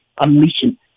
unleashing